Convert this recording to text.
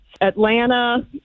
Atlanta